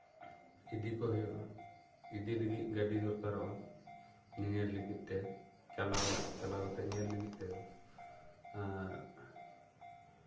ᱤᱫᱤ ᱠᱚ ᱦᱩᱭᱩᱜᱼᱟ ᱤᱫᱤ ᱞᱟᱹᱜᱤᱫ ᱜᱟᱹᱰᱤ ᱫᱚᱨᱠᱟᱨᱚᱜᱼᱟ ᱧᱮᱧᱮᱞ ᱞᱟᱹᱜᱤᱫ ᱛᱮ ᱪᱟᱞᱟᱣ ᱠᱟᱛᱮᱜ ᱧᱮᱞ ᱞᱟᱹᱜᱤᱫ ᱛᱮ ᱟᱨ